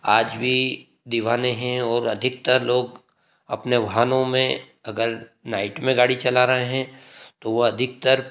आज भी दीवाने है और अधिकतर लोग अपने वाहनों में अगर नाइट में गाड़ी चला रहे हैं तो वो अधिकतर